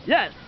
Yes